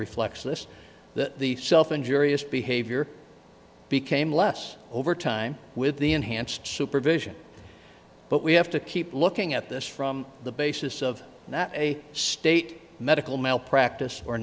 reflects this that the self injurious behavior became less over time with the enhanced supervision but we have to keep looking at this from the basis of not a state medical malpractise or